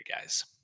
guys